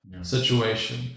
situation